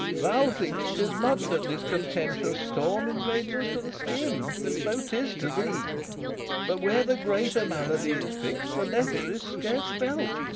thou think'st tis much that this contentious storm invades us to the skin so tis to thee but where the greater malady is fix'd, the lesser is scarce felt.